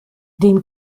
den